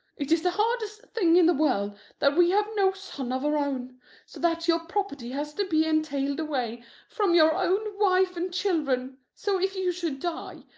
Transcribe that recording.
it is the hardest thing in the world that we have no son of our own, so that your property has to be entailed away from your own wife and children, so if you should die,